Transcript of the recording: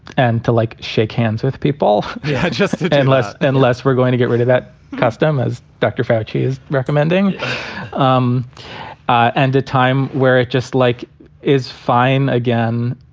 and to, like, shake hands with people just unless unless we're going to get rid of that custom as doctor factory is recommending um and a time where it just like is fine again,